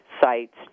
sites